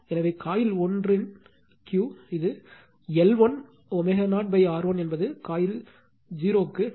எனவே coiL1 இன் Q இது L1 ω0 R 1 என்பது coiL0 க்கு 2